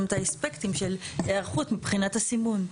את האספקטים של היערכות מבחינת הסימון.